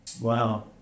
Wow